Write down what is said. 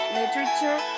literature